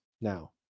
now